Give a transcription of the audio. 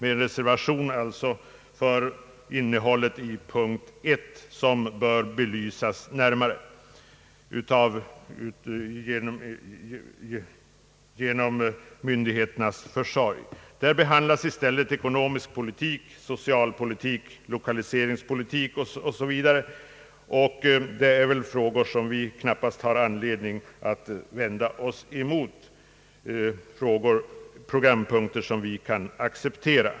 I inledningen behandlas i stället ekonomisk politik, socialpolitik, lokaliseringspolitik o. s. v., frågor där vi knappast har anledning att göra några invändningar. Det är alltså programpunkter som vi borde kunna acceptera.